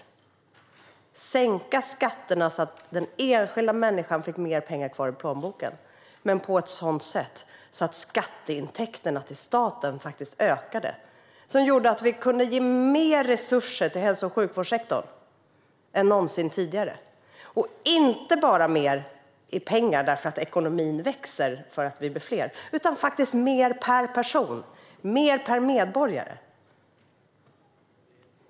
Vi sänkte skatterna så att den enskilda människan fick mer pengar kvar i plånboken, men på ett sådant sätt att skatteintäkterna till staten ökade. Detta gjorde att vi kunde ge mer resurser till hälso och sjukvårdssektorn än någonsin tidigare. Det var inte bara mer i pengar därför att ekonomin växer och vi blir fler utan faktiskt mer per person och medborgare.